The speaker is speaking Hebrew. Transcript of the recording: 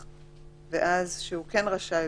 אבל אם אני לא טועה